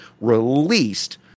released